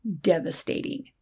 devastating